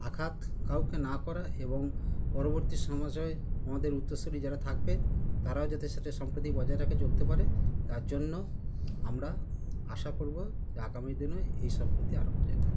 আঘাত কাউকে না করা এবং পরবর্তী সমাজে আমাদের উত্তরসূরি যারা থাকবে তারাও যাতে সেটা সম্প্রতি বজায় রাখে চলতে পারে তার জন্য আমরা আশা করবো যে আগামী দিনও এই সম্প্রতি আরো বজায় থাকবে